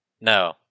No